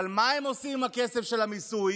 אבל מה הם עושים עם הכסף של המיסוי?